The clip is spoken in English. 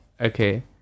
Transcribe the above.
Okay